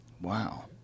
Wow